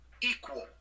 equal